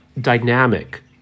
dynamic